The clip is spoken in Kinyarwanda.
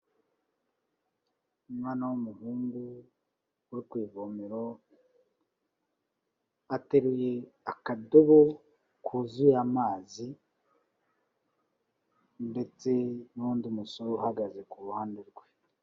Umwana w'umuhungu uri ku ivomero ateruye akadobo kuzuye amazi ndetse n'undi musore uhagaze ku ruhande rwe.